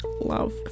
love